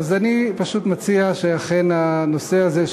אני פשוט מציע שאכן הנושא הזה,